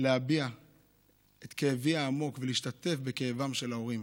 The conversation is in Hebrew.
להביע את כאבי העמוק ולהשתתף בכאבם של ההורים.